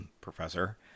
professor